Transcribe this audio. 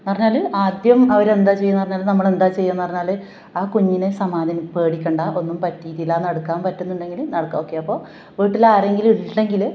എന്ന് പറഞ്ഞാൽ ആദ്യം അവർ എന്താ ചെയ്യുകയെന്ന് പറഞ്ഞാൽ നമ്മൾ എന്താ ചെയ്യുകയെന്ന് പറഞ്ഞാൽ ആ കുഞ്ഞിനെ സമാധാനി പേടിക്കണ്ട ഒന്നും പറ്റിയിട്ടില്ല നടക്കാൻ പറ്റുന്നുണ്ടെങ്കിൽ നടക്കുക ഓക്കേ അപ്പോൾ വീട്ടിൽ ആരെങ്കിലും ഇല്ലെങ്കിൽ